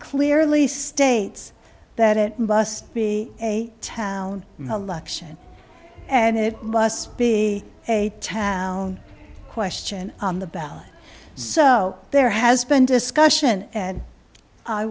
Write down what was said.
clearly states that it must be a town election and it must be a tag question on the ballot so there has been discussion and i